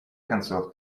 концов